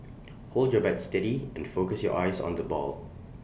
hold your bat steady and focus your eyes on the ball